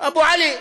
אבו עלי.